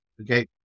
Okay